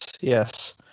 yes